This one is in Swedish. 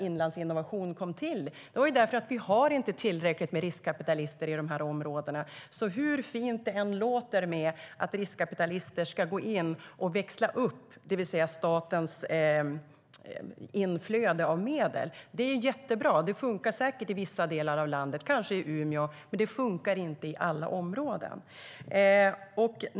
Inlandsinnovation kom till på grund av att vi inte har tillräckligt med riskkapitalister i de områdena. Att riskkapitalister ska gå in och växla upp statens inflöde av medel är jättebra. Det fungerar säkert i vissa delar av landet, kanske i Umeå. Men det fungerar inte i alla områden - hur fint det än låter.